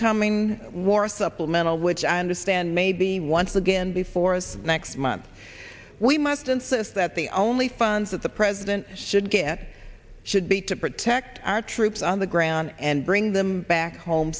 coming war supplemental which i understand maybe once again before us next month we must insist that the only funds that the president should get should be to protect our troops on the ground and bring them back home